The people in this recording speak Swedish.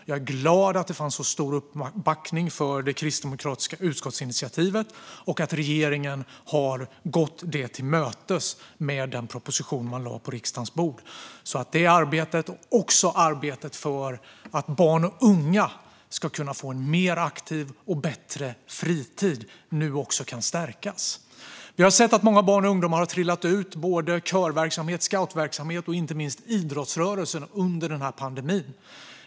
Jag är glad att det fanns så stor uppbackning för det kristdemokratiska utskottsinitiativet och att regeringen har gått det till mötes med den proposition man lade på riksdagens bord så att det arbetet, och även arbetet för att barn och unga ska kunna få en mer aktiv och bättre fritid, nu kan stärkas. Vi har sett att många barn och ungdomar har trillat ur körverksamhet, scoutverksamhet och inte minst idrottsrörelsen under pandemin.